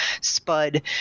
spud